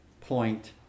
point